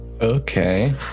Okay